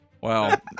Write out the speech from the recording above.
wow